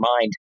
mind